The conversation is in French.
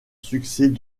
succès